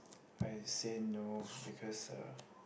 I say no because uh